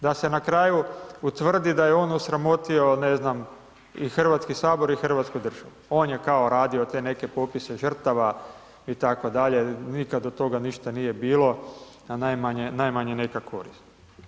Da se na kraju utvrdi da je on osramotio, ne znam, i HS i hrvatsku državu, on je kao radio te neke popise žrtava itd., nikad od toga ništa nije bilo, a najmanje neka korist.